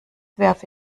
werfe